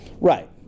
Right